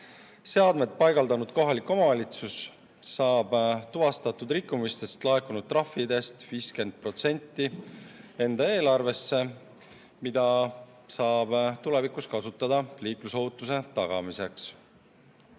Seadmed paigaldanud kohalik omavalitsus saab tuvastatud rikkumistest laekunud trahvidest 50% enda eelarvesse, mida saab tulevikus kasutada liiklusohutuse tagamiseks.